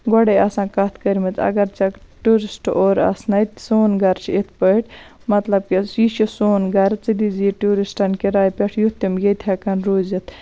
گۄڈے آسان کتھ کٔرمٕژ اَگر ژےٚ ٹیوٗرِسٹ اورٕ آسنے سون گَرٕ چھُ یِتھ پٲٹھۍ مَطلَب یہِ چھُ سون گَرٕ ژٕ دِی زِ یہِ ٹیوٗرِسٹَن کِراے پٮ۪ٹھ یُتھ تِم ییٚتہِ ہیٚکَن روٗزِتھ